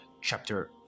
chapter